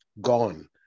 gone